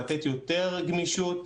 לתת יותר גמישות.